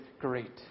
great